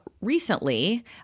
recently